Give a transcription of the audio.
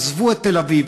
עזבו את תל-אביב,